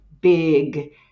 big